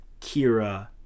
Kira